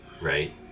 Right